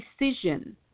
decision